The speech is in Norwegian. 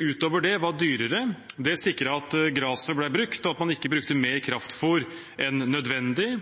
utover det var dyrere. Det sikret at graset ble brukt, og at man ikke brukte mer kraftfôr enn nødvendig.